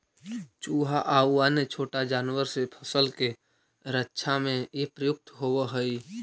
चुहा आउ अन्य छोटा जानवर से फसल के रक्षा में इ प्रयुक्त होवऽ हई